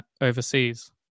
overseas